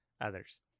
others